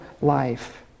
life